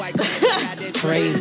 Crazy